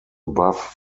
above